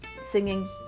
singing